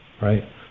Right